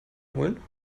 wiederholen